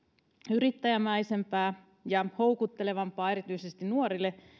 yrittäjämäisempää ja houkuttelevampaa erityisesti nuorille